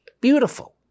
Beautiful